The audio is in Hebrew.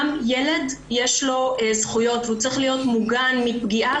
גם ילד יש לו זכויות והוא צריך להיות מוגן מפגיעה,